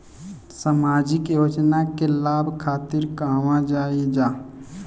सामाजिक योजना के लाभ खातिर कहवा जाई जा?